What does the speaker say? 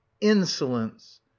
insolence